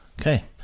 Okay